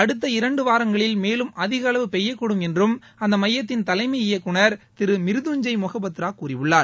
அடுத்த இரண்டு வாரங்களில் மேதலும் அதிக அளவு பெய்யக்கூடும் என்றும் அந்த மையத்தின் தலைமை இயக்குநர் திரு மிரிதுஞன்ஜய் மொஹபத்ரா கூறியுள்ளார்